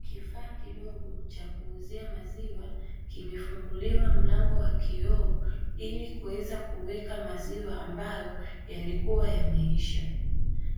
Kifaa kidogo cha kuuzia maziwa kimefunguliwa mlango wa kioo ili kuweza kuweka maziwa ambayo yalikuwa yameisha.